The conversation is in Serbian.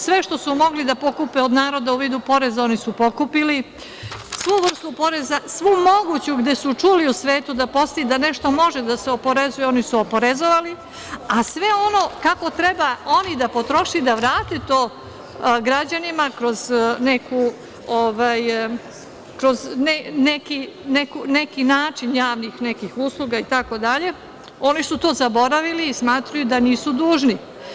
Sve što su mogli da pokupe od naroda u vidu poreza oni su pokupili, svu vrstu poreza, svu moguću gde su čuli u svetu da postoji da nešto može da se oporezuje, oni su oporezovali, a sve ono ako treba oni da potroše i da vrate to građanima, kroz neki način javnih usluga itd, oni su to zaboravili i smatraju da nisu dužni.